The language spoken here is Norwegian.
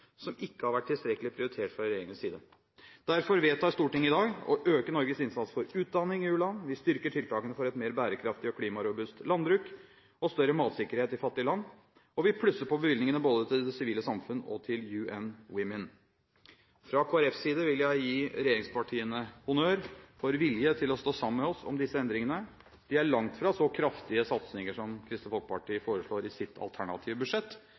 som ikke har vært tilstrekkelig prioritert fra regjeringens side. Derfor vedtar Stortinget i dag å øke Norges innsats for utdanning i u-land. Vi styrker tiltakene for et mer bærekraftig og klimarobust landbruk og større matsikkerhet i fattige land. Vi plusser på bevilgningene både til det sivile samfunn og til UN Women. Fra Kristelig Folkepartis side vil jeg gi regjeringspartiene honnør for vilje til å stå sammen med oss om disse endringene. De er langt fra så kraftige satsninger som Kristelig Folkeparti foreslår i sitt alternative budsjett,